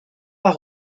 pas